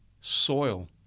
soil